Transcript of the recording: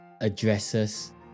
addresses